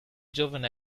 giovane